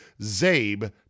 ZABE